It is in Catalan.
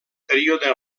període